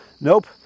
nope